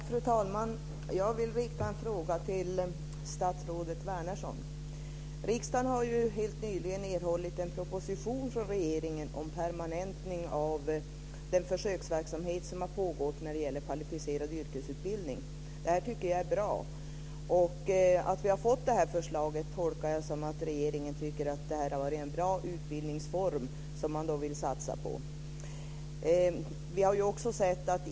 Fru talman! Jag vill rikta en fråga till statsrådet Wärnersson. Riksdagen har helt nyligen erhållit en proposition från regeringen om permanentning av den försöksverksamhet som har pågått med kvalificerad yrkesutbildning. Jag tycker att detta är bra. Att vi har fått det här förslaget tolkar jag så att regeringen tycker att det är en bra utbildningsform, som man vill satsa på.